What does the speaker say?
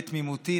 בתמימותי,